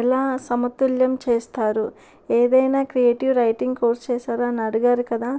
ఎలా సమతుల్యం చేస్తారు ఏదైనా క్రియేటివ్ రైటింగ్ కోర్స్ చేశారా అని అడుగారు కదా